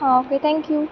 आं okay thank you